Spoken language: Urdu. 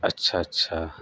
اچھا اچھا